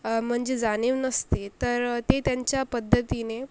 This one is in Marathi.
म्हणजे जाणीव नसते तर ते त्यांच्या पद्धतीने